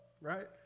right